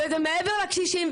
וזה מעבר לקשישים,